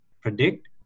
predict